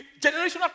Generational